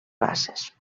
basses